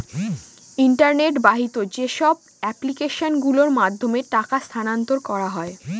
internet বাহিত যেসব application গুলোর মাধ্যমে টাকা স্থানান্তর করা হয়